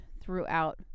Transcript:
throughout